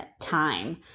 time